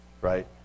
Right